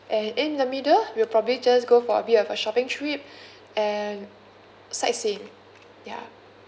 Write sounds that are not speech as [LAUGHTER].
and in the middle we'll probably just go for a bit of a shopping trip [BREATH] and sightseeing ya